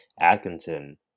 Atkinson